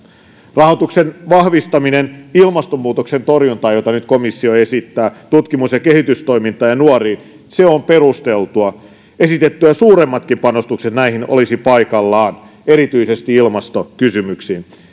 rahoituksen vahvistaminen ilmastonmuutoksen torjuntaan jota nyt komissio esittää tutkimus ja kehitystoimintaan ja nuoriin on perusteltua esitettyä suuremmatkin panostukset näihin olisivat paikallaan erityisesti ilmastokysymyksiin